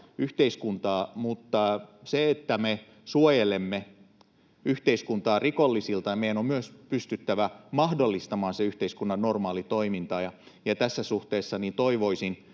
yhteiskuntaa, mutta me suojelemme yhteiskuntaa rikollisilta ja meidän on myös pystyttävä mahdollistamaan yhteiskunnan normaali toiminta, ja tässä suhteessa toivoisin